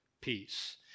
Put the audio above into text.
peace